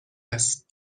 است